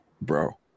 Bro